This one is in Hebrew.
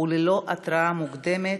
וללא התראה מוקדמת,